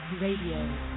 Radio